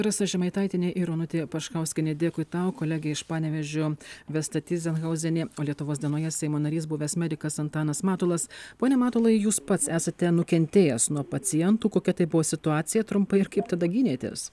rasa žemaitaitienė ir onutė paškauskienė dėkui tau kolegė iš panevėžio vesta tyzenhauzienė o lietuvos dienoje seimo narys buvęs medikas antanas matulas pone matulai jūs pats esate nukentėjęs nuo pacientų kokia tai buvo situacija trumpai ir kaip tada gynėtės